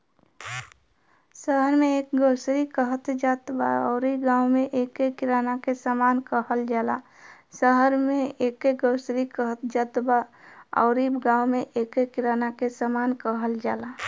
शहर में एके ग्रोसरी कहत जात बा अउरी गांव में एके किराना के सामान कहल जाला